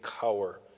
cower